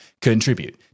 contribute